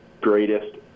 greatest